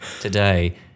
today